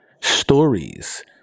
stories